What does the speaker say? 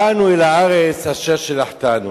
באנו אל הארץ אשר שלחתנו